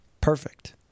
perfect